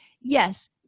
Yes